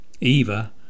Eva